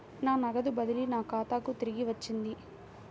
నా నగదు బదిలీ నా ఖాతాకు తిరిగి వచ్చింది